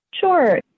Sure